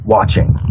Watching